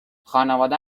خانواده